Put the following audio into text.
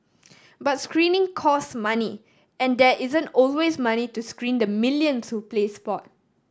but screening cost money and there isn't always money to screen the millions who play sport